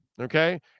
Okay